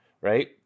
right